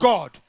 God